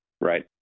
Right